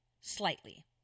slightly